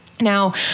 Now